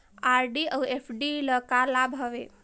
RD अऊ FD ल का लाभ हवे?